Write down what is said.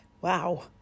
Wow